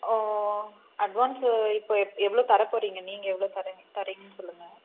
ஓ advance இப்போ எப் எவ்வளோ தரப் போகிறீங்க நீங்கள் எவ்வளோ தரீங்க தரீங்கன்னு சொல்லுங்க